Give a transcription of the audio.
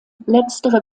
letztere